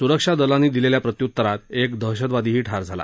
सुरक्षा दलानी दिलेल्या प्रत्युत्तरात एक दहशतवादीही ठार झाला